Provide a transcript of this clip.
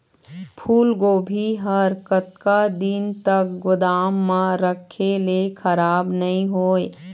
फूलगोभी हर कतका दिन तक गोदाम म रखे ले खराब नई होय?